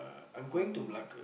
borrow